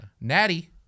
Natty